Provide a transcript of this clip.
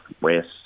west